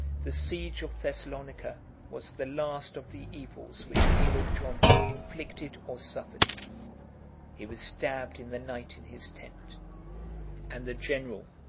the siege of thessalonica was the last of the evils which calo-john inflicted or suffered he was stabbed in the night in his tent and the general,